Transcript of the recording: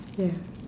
ya